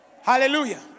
Hallelujah